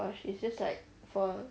wash is just a